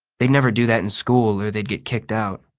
they'd never do that in school or they'd get kicked out.